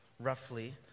roughly